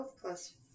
plus